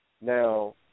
Now